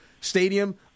stadium